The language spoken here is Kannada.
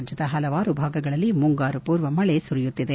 ರಾಜ್ಲದ ಹಲವಾರು ಭಾಗಗಳಲ್ಲಿ ಮುಂಗಾರು ಪೂರ್ವ ಮಳೆ ಸುರಿಯಿತ್ತಿದೆ